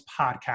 podcast